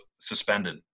suspended